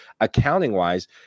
Accounting-wise